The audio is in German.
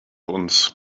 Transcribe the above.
uns